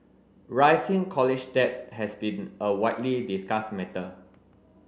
rising college debt has been a widely discussed matter